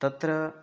तत्र